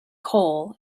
coal